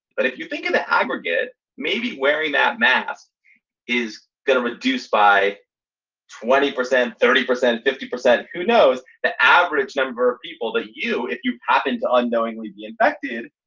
but if you think of the aggregate, maybe wearing that mask is going to reduce by twenty percent, thirty percent, fifty percent. who knows the average number of people that you, if you happen to unknowingly be infected,